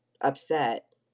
upset